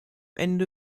ende